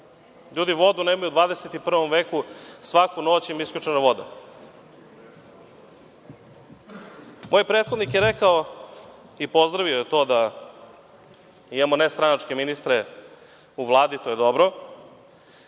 ljudi nemaju vodu u 21. veku. Svaku noć im je isključena voda. Moj prethodnih je rekao, pozdravio je to da imamo nestranačke ministre u Vladi, to je dobro,